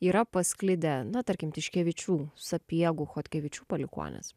yra pasklidę na tarkim tiškevičių sapiegų chodkevičių palikuonys